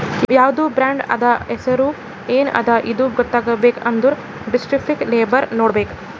ಯಾವ್ದು ಬ್ರಾಂಡ್ ಅದಾ, ಹೆಸುರ್ ಎನ್ ಅದಾ ಇದು ಗೊತ್ತಾಗಬೇಕ್ ಅಂದುರ್ ದಿಸ್ಕ್ರಿಪ್ಟಿವ್ ಲೇಬಲ್ ನೋಡ್ಬೇಕ್